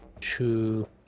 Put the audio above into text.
two